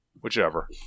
whichever